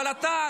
אבל אתה,